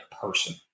person